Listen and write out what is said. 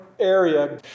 Area